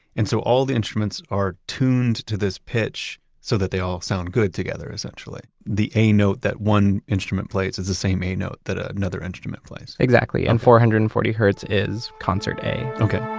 and so all the instruments are tuned to this pitch so that they all sound good together essentially? the a note that one instrument plays is the same a note that ah another instrument plays? exactly, and four hundred and forty hertz is concert a